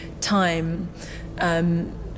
time